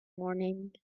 morning